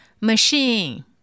Machine